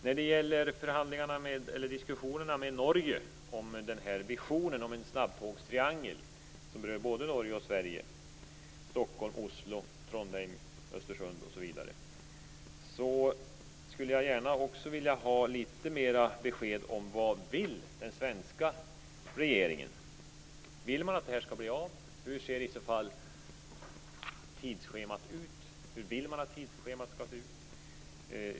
När det gäller diskussionerna med Norge om visionen om en snabbtågstriangel som berör både Norge och Sverige, dvs. Stockholm-Oslo-Trondheim Östersund osv., skulle jag gärna vilja ha litet mer besked om vad den svenska regeringen vill. Vill man att det här skall bli av? Hur ser i så fall tidsschemat ut? Hur vill man att tidsschemat skall se ut?